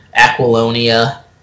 Aquilonia